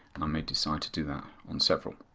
and i may decide to do that on several.